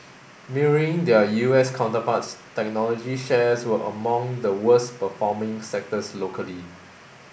mirroring their U S counterparts technology shares were among the worst performing sectors locally